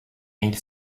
ils